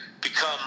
become